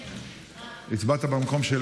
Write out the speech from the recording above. סליחה, הצבעתי במקום עופר.